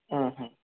ಹಾಂ ಹಾಂ